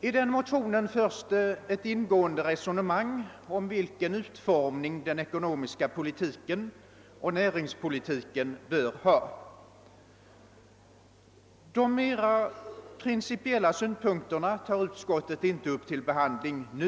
I den motionen förs ett ingående resonemang om vilken utformning den ekonomiska politiken och näringspolitiken bör ha. De mera principiella synpunkterna tar utskottet inte upp till behandling nu.